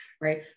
right